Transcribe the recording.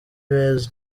beza